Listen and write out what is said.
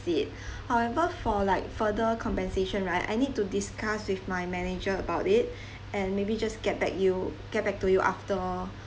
seat however for like further compensation right I need to discuss with my manager about it and maybe just get back you get back to you after